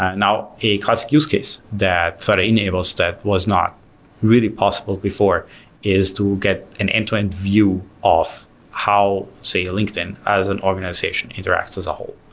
ah now a classic use case that further enables that was not really possible before is to get an end to-end view of how, say linkedin as an organization interacts as a whole.